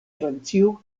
francio